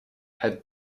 het